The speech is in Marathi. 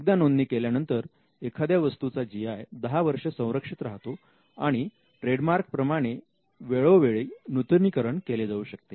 एकदा नोंदणी केल्यानंतर एखाद्या वस्तूचा जी आय दहा वर्ष संरक्षित राहतो आणि ट्रेडमार्क प्रमाणे वेळोवेळी नूतनीकरण केले जाऊ शकते